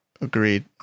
Agreed